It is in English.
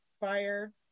FIRE